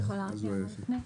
קדימה.